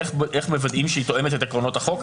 איך מוודאים שהיא תואמת את עקרונות החוק.